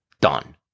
done